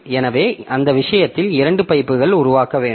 எனவே அந்த விஷயத்தில் இரண்டு பைப்புகளை உருவாக்க வேண்டும்